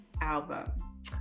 album